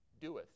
doeth